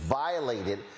violated